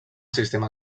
sistema